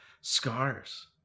scars